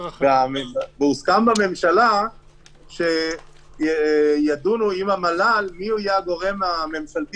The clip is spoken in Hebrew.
הוסכם בממשלה שידונו עם המל"ל מי יהיה הגורם הממשלתי